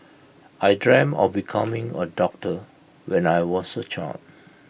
I dreamt of becoming A doctor when I was A child